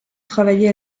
travailler